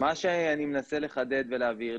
מה שאני מנסה לחדד ולהבהיר,